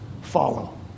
follow